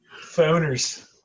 Phoners